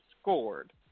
scored